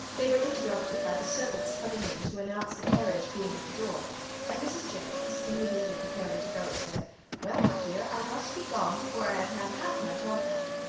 they were interrupted by the servant's coming in to announce the carriage being at the door and mrs. jennings immediately preparing to go, said well, my dear, i must be gone before i have had half my talk out.